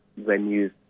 venues